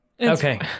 Okay